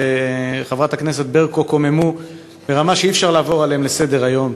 חברת הכנסת ברקו קוממו ברמה שאי-אפשר לעבור עליהם לסדר-היום.